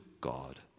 God